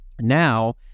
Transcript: Now